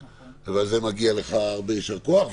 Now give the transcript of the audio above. ועל זה מגיע הרבה יישר כוח לך,